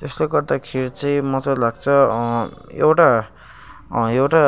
त्यसले गर्दाखेरि चाहिँ मलाई चाहिँ लाग्छ एउटा एउटा